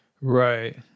Right